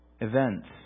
events